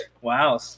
Wow